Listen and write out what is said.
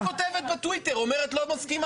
היא כותבת בטוויטר, אומרת שהיא לא מסכימה.